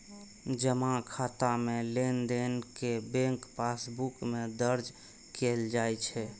जमा खाता मे लेनदेन कें बैंक पासबुक मे दर्ज कैल जाइ छै